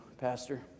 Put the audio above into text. Pastor